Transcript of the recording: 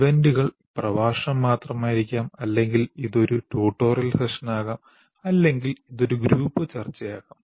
ഇവന്റുകൾ പ്രഭാഷണം മാത്രമായിരിക്കാം അല്ലെങ്കിൽ ഇത് ഒരു ട്യൂട്ടോറിയൽ സെഷനാകാം അല്ലെങ്കിൽ ഇത് ഒരു ഗ്രൂപ്പ് ചർച്ചയാകാം